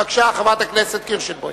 בבקשה, חברת הכנסת קירשנבאום.